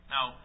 Now